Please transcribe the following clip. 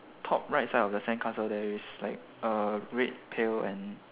top right side of the sandcastle there is like a red pail and